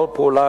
כל פעולה,